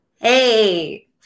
Hey